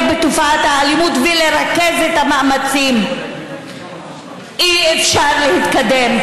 בתופעת האלימות ולרכז את המאמצים אי-אפשר להתקדם,